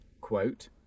quote